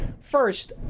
first